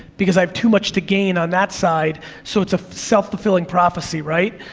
because i have too much to gain on that side, so it's a self-fulfilling prophecy, right?